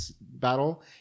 battle